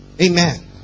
Amen